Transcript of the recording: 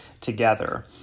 together